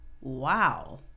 wow